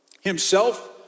himself